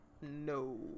no